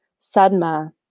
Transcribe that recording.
sadma